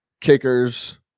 kickers